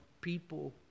people